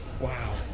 wow